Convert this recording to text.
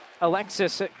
Alexis